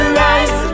rise